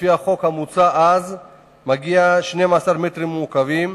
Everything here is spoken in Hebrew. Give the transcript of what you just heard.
לפי החוק המוצע מגיעים 12 מטרים מעוקבים.